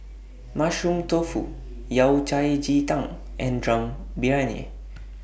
Mushroom Tofu Yao Cai Ji Tang and Dum Briyani